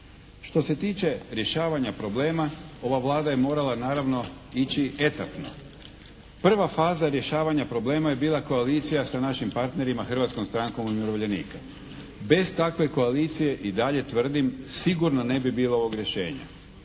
Što se tiče rješavanja problema ova Vlada je morala naravno ići etapno. Prva faza rješavanja problema je bila koalicija sa našim partnerima Hrvatskom strankom umirovljenika. Bez takve koalicije i dalje tvrdim sigurno ne bi bilo ovog rješenja.